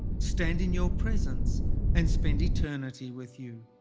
stand in your presence and spend eternity with you.